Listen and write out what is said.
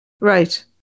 Right